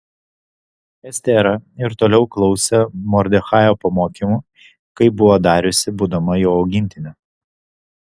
estera ir toliau klausė mordechajo pamokymų kaip buvo dariusi būdama jo augintinė